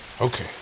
Okay